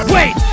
Wait